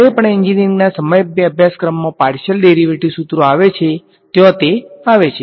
જયારે પણ એન્જિનિયરિંગના સમગ્ર અભ્યાસક્રમ માં પાર્શીયલ ડેરીવેટીવ સુત્રો આવે છે ત્યાં તે આવે છે